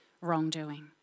wrongdoing